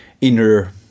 inner